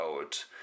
out